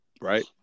Right